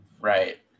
Right